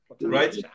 right